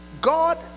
God